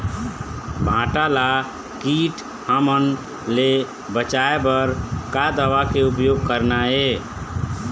भांटा ला कीट हमन ले बचाए बर का दवा के उपयोग करना ये?